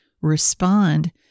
respond